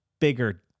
bigger